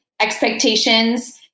expectations